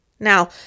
Now